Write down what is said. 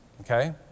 okay